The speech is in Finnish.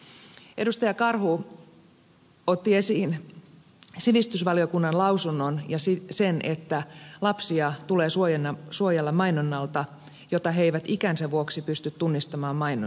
karhu otti esiin sivistysvaliokunnan lausunnon ja sen että lapsia tulee suojella mainonnalta jota he eivät ikänsä vuoksi pysty tunnistamaan mainonnaksi